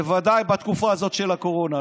בוודאי בתקופה הזאת של הקורונה.